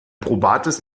probates